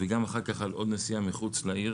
וגם אחר כך על כל נסיעה מחוץ לעיר